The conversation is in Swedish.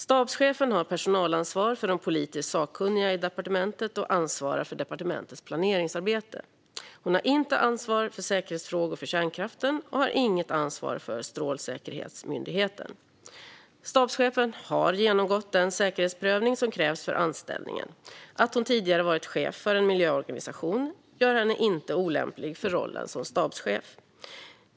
Stabschefen har personalansvar för de politiskt sakkunniga i departement och ansvarar för departementets planeringsarbete. Hon har inte ansvar för säkerhetsfrågor för kärnkraften, och hon har inget ansvar för Strålsäkerhetsmyndigheten. Stabschefen har genomgått den säkerhetsprövning som krävs för anställningen. Att hon tidigare varit chef för en miljöorganisation gör henne inte olämplig för rollen som stabschef.